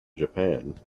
japan